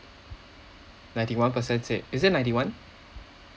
ninety one percent said is it ninety one